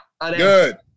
Good